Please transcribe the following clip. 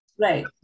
right